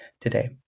today